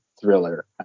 thriller